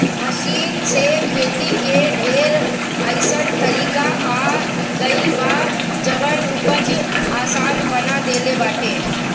machine से खेती के ढेर अइसन तरीका आ गइल बा जवन उपज आसान बना देले बाटे